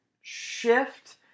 shift